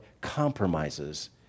compromises